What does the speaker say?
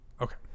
Okay